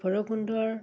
ভৈৰৱকুণ্ডৰ